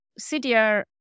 CDR